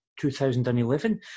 2011